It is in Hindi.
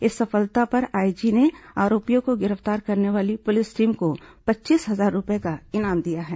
इस सफलता पर आईजी ने आरोपियों को गिरफ्तार करने वाली पुलिस टीम को पच्चीस हजार रूपये का इनाम दिया है